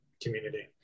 community